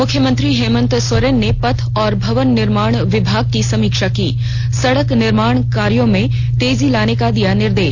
मुख्यमंत्री हेमंत सोरेन ने पथ और भवन निर्माण विभाग की समीक्षा की सड़क निर्माण कार्यों में तेजी लाने का दिया निर्देश